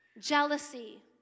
jealousy